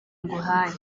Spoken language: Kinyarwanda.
nguhaye